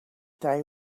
day